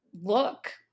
look